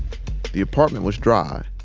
the apartment was dry,